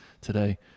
today